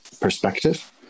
perspective